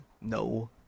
No